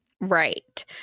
Right